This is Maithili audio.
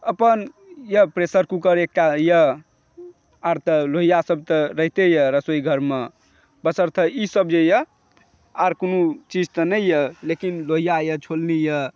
अपन यऽ प्रेशर कुकर एकटा यऽ आर तऽ लोहिया सब तऽ रहिते यऽ रसोइघरमे बशर्ते ई सब जे यऽ आर कोनो चिज तऽ नहि यऽ लेकिन लोहिया यऽ छोलनी यऽ